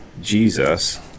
Jesus